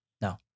No